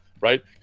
right